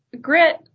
grit